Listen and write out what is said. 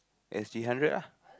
S_G hundred lah